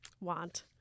Want